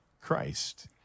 Christ